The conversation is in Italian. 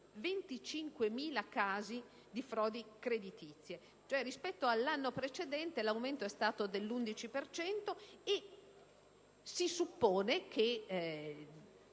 25.000 casi di frodi creditizie. Rispetto all'anno precedente l'aumento è stato dell'11 per cento e si suppone che